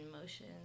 motion